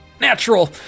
natural